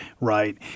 right